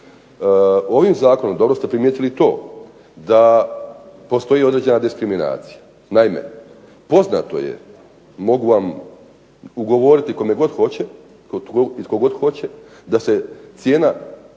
Ovim zakonom, dobro ste primijetili i to da postoji određena diskriminacija. Naime, poznato je mogu vam odgovoriti kome god hoće, i tko god